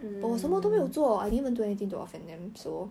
err